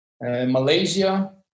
Malaysia